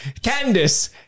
Candice